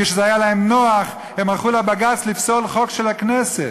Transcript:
כשזה היה להם נוח הם הלכו לבג"ץ לפסול חוק של הכנסת.